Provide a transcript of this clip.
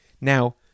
Now